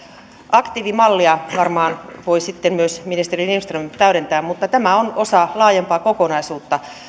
aktiivimallia varmaan voi sitten myös ministeri lindström täydentää mutta tämä on osa laajempaa kokonaisuutta